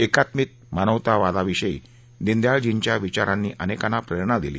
एकात्मिक मानवतावादाविषयी दिनदयाळजींच्या विचारानी अनेकांना प्रेरणा दिली